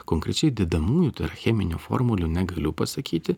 konkrečiai dedamųjų tai yra cheminių formulių negaliu pasakyti